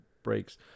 breaks